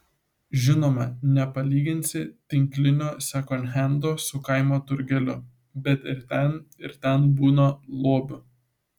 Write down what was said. žinoma nepalyginsi tinklinio sekondhendo su kaimo turgeliu bet ir ten ir ten būna lobių